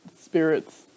spirits